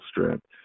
strength